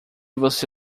você